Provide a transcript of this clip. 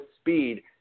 speed